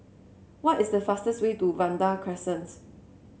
what is the fastest way to Vanda Crescent